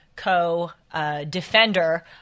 co-defender